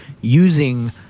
using